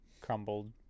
crumbled